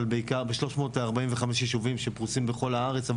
אבל בעיקר ב-345 יישובים שפרוסים בכל הארץ,